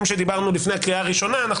שדיברנו עליהם לפני הקריאה הראשונה.